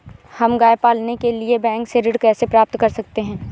हम गाय पालने के लिए बैंक से ऋण कैसे प्राप्त कर सकते हैं?